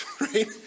right